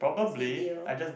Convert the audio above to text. video